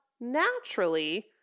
naturally